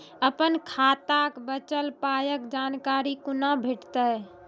अपन खाताक बचल पायक जानकारी कूना भेटतै?